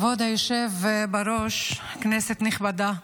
כבוד היושב בראש, כנסת נכבדה,